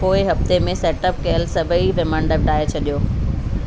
पोएं हफ़्ते में सेटअप कयल सभई रिमाइंडर ॾाहे छॾियो